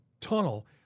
tunnel